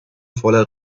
voller